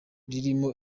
ririmo